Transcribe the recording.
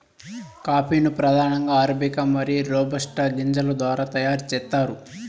coffee ను ప్రధానంగా arabica మరియు రోబస్టా గింజల ద్వారా తయారు చేత్తారు